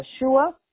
Yeshua